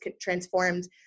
transformed